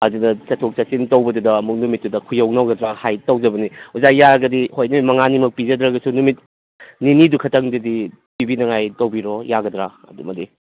ꯑꯗꯨꯗ ꯆꯠꯊꯣꯛ ꯆꯠꯁꯤꯟ ꯇꯧꯕꯗꯨꯗ ꯑꯃꯨꯛ ꯅꯨꯃꯤꯠꯇꯨꯗ ꯈꯨꯌꯧꯅꯒꯗ꯭ꯔꯥ ꯍꯥꯏ ꯇꯧꯖꯕꯅꯤ ꯑꯣꯖꯥ ꯌꯥꯔꯒꯗꯤ ꯍꯣꯏ ꯅꯨꯃꯤꯠ ꯃꯉꯥꯅꯤꯃꯛ ꯄꯤꯖꯗ꯭ꯔꯒꯁꯨ ꯅꯨꯃꯤꯠ ꯅꯤꯅꯤꯗꯨ ꯈꯛꯇꯪꯗꯨꯗꯤ ꯄꯤꯕꯤꯅꯉꯥꯏ ꯇꯧꯕꯤꯔꯣ ꯌꯥꯒꯗ꯭ꯔꯥ ꯑꯗꯨꯃꯗꯤ